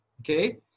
Okay